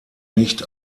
nicht